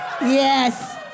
Yes